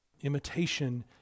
Imitation